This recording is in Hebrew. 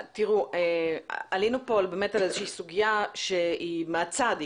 על האקו סיסטם כלא פחות מרשות היחיד,